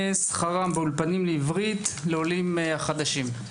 שכרם באולפנים לעברית לעולים חדשים.